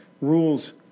rules